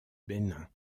bénin